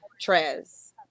Trez